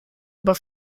über